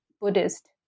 Buddhist